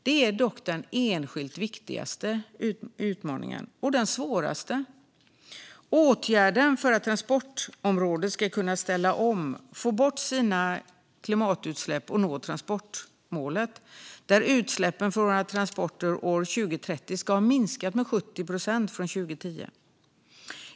Detta är den enskilt viktigaste utmaningen och den svåraste åtgärden för att transportområdet ska kunna ställa om, få bort sina klimatutsläpp och nå transportmålet: att utsläppen från våra transporter 2030 ska ha minskat med 70 procent jämfört med 2010.